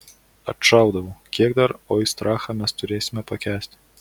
atšaudavau kiek dar oistrachą mes turėsime pakęsti